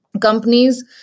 companies